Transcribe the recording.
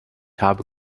habe